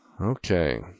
Okay